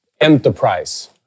enterprise